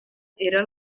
era